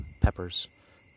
peppers